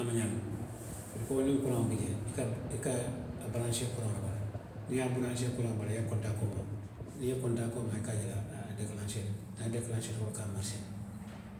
i ko niŋ kuraŋo bi j ee, i ka, i ka a baransee kuraŋo le bala. Niŋ i ye a baransee kuraŋo bala, i ye kontakoo maa, niŋ i ye kontakoo maa, i ka a je le a dekalanseeta, niŋ a dekalanseeta, wo le ke a mariseendi.